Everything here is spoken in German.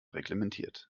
reglementiert